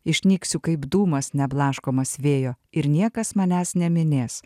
išnyksiu kaip dūmas neblaškomas vėjo ir niekas manęs neminės